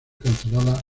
cancelada